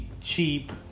cheap